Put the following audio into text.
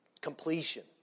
completion